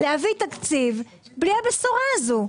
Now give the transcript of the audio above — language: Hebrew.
להביא תקציב בלי הבשורה הזאת?